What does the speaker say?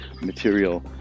material